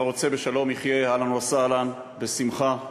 הרוצה בשלום, יחיה, אהלן וסהלן, בשמחה,